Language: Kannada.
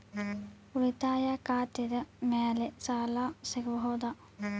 ಉಳಿತಾಯ ಖಾತೆದ ಮ್ಯಾಲೆ ಸಾಲ ಸಿಗಬಹುದಾ?